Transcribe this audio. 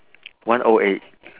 one O eight